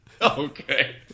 Okay